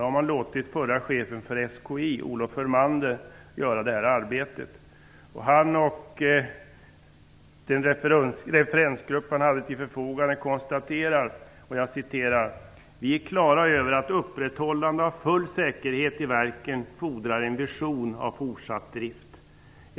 Man har låtit förre chefen för SKI, Olof Hörmander, göra det här arbetet. Han och den referensgrupp han hade till förfogande konstaterade: ''Vi är klara över att upprätthållande av full säkerhet i verken fordrar en vision av fortsatt drift.